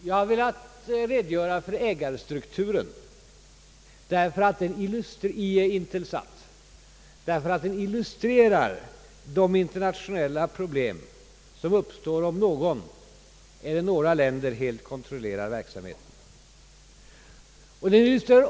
Jag har velat redogöra för ägarstrukturen i Intelsat ganska ingående, därför att den illustrerar de internationella problem som uppkommer om någon eller några länder helt kontrollerar verksamheten.